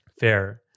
Fair